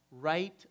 right